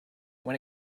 when